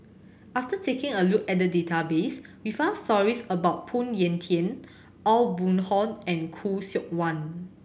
after taking a look at the database we found stories about Phoon Yew Tien Aw Boon Haw and Khoo Seok Wan